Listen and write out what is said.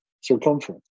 circumference